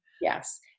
Yes